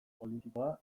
politikoa